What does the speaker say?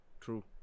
True